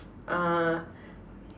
uh